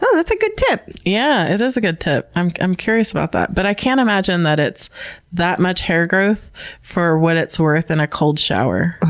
so that's a good tip! yeah, it is a good tip. i'm i'm curious about that, but i can't imagine that it's that much hair growth for what it's worth in a cold shower.